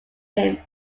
him